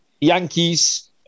Yankees